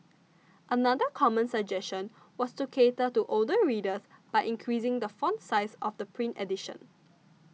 another common suggestion was to cater to older readers by increasing the font size of the print edition